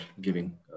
giving